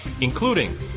including